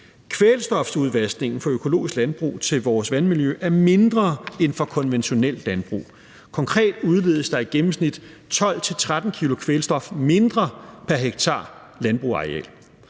Kvælstofudvaskningen fra økologisk landbrug til vores vandmiljø er mindre end fra konventionelt landbrug. Konkret udledes der i gennemsnit 12-13 kg kvælstof mindre pr. hektar landbrugsareal.